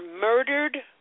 murdered